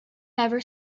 never